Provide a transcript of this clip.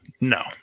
No